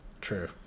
True